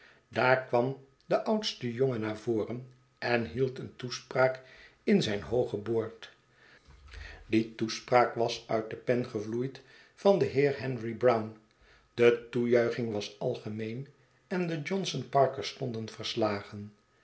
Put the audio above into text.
daar kwam de oudste jongen naar voren en hield een toespraak in zijn hooge boord die toespraak was uit de pen gevloeid van den heer henry brown de toejuiching was algemeen en de johnson parkers stonden verslagen